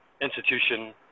institution